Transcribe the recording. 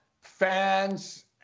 fans